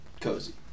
Cozy